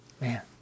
Man